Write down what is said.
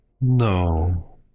No